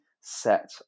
set